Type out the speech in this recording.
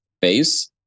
base